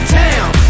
town